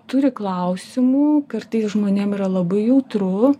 turi klausimų kartais žmonėm yra labai jautru